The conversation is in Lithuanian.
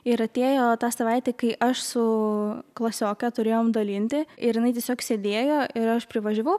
ir atėjo ta savaitė kai aš su klasioke turėjom dalinti ir jinai tiesiog sėdėjo ir aš privažiavau